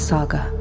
Saga